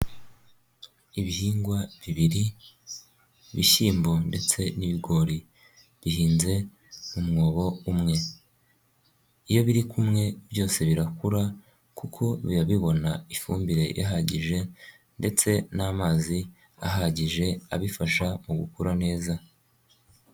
Ibihingwa bibiri, ibishyimbo ndetse n'ibigori bihinze umwobo umwe, iyo biriku byose birakura kuko biba bibona ifumbire ihagije ndetse n'amazi ahagije, abifasha mu gukura neza.